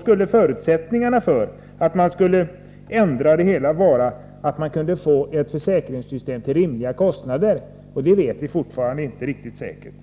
skulle förutsättningen för att man skulle ändra det hela vara att man kunde få ett försäkringssystem till rimliga kostnader. Det vet vi fortfarnde inte riktigt säkert.